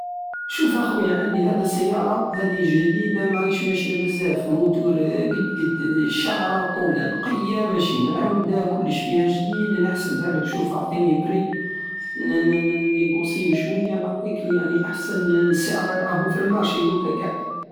شوف اخويا عندي هاد السيارة هدي جديدة مهيش ماشية بزاف وموتور قدقد شعرة طولة نقية ماشي معاودة كلش فيها جديد نحسبهالك شوف اعطيني بري ن- نيقوسيو شوية نعطيك يعني احسن سعر راهو في المارشي دوك قع